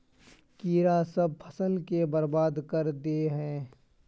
कीड़ा सब फ़सल के बर्बाद कर दे है?